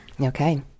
Okay